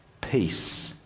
peace